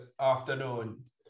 afternoon